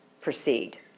proceed